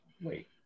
wait